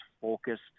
focused